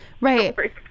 right